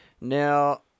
Now